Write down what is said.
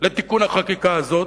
לתיקון החקיקה הזה,